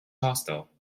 hostile